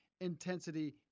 intensity